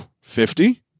fifty